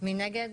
מי נגד?